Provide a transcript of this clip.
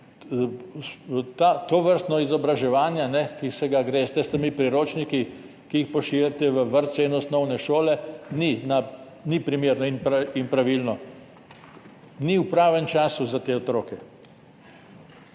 Tovrstno izobraževanje, ki se ga greste s temi priročniki, ki jih pošiljate v vrtce in osnovne šole, ni primerno in pravilno, ni v pravem času za te otroke.